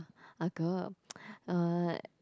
ah girl uh